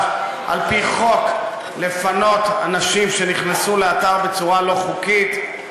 על-פי חוק לפנות אנשים שנכנסו לאתר בצורה לא חוקית.